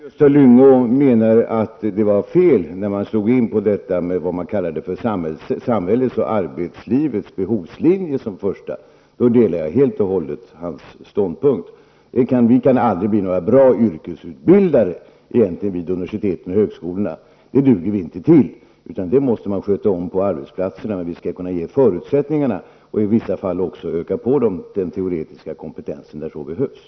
Herr talman! Om Gösta Lyngå menar att man gjorde fel när man slog in på det som kallas samhällets och arbetslivets behovslinjer, delar jag helt och hållet hans ståndpunkt. Vi kan vid universiteten och högskolorna aldrig bli några bra yrkesutbildare. Det duger vi inte till, utan det måste man sköta om på arbetsplatserna. Vi skall emellertid kunna ge förutsättningarna och i vissa fall bättra på den teoretiska kompetensen, om så behövs.